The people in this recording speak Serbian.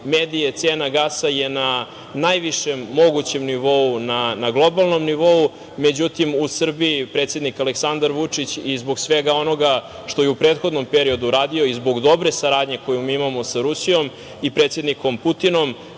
medije, cena gasa je na najvišem mogućem nivou, na globalnom nivou, međutim u Srbiji predsednik Aleksandar Vučić i zbog svega onoga što je u prethodnom periodu radio i zbog dobre saradnje koju mi imamo sa Rusijom i predsednikom Putinom,